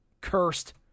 cursed